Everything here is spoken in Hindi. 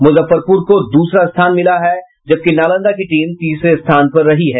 मुजफ्फरपुर को द्रसरा स्थान मिला है जबकि नालंदा की टीम तीसरे स्थान पर रही है